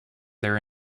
their